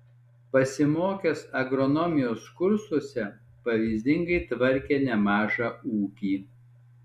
pasimokęs agronomijos kursuose pavyzdingai tvarkė nemažą ūkį